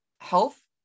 health